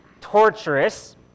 torturous